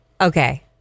Okay